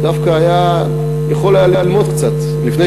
ודווקא יכול היה ללמוד קצת לפני שאני,